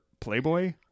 Playboy